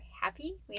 happy